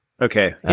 Okay